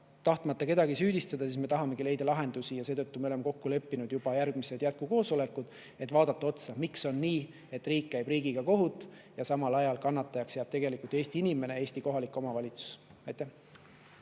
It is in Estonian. Tahtmata kedagi süüdistada, tahamegi leida lahendusi ja seetõttu me oleme kokku leppinud juba järgmised jätkukoosolekud, et vaadata otsa sellele, miks on nii, et riik käib riigiga kohut ja samal ajal kannatajaks jääb tegelikult Eesti inimene, Eesti kohalik omavalitsus. Aivar